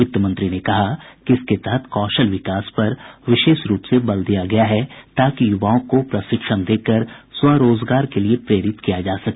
वित्त मंत्री ने कहा कि इसके तहत कौशल विकास पर विशेष रूप से बल दिया गया है ताकि युवाओं को प्रशिक्षण देकर स्वरोजगार के लिये प्रेरित किया जा सके